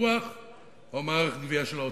ביטוח או מערכת גבייה של האוצר.